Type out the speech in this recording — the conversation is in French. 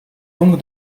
donc